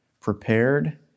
prepared